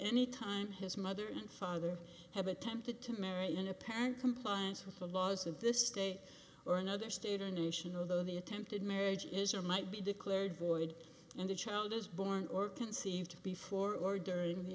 any time his mother and father have attempted to marry in apparent compliance with the laws of this day or another state or nation although the attempted marriage is or might be declared void and the child is born or conceived before or during the